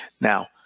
Now